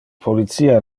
policia